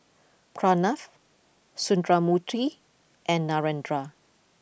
Pranav Sundramoorthy and Narendra